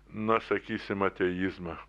na sakysime ateizmą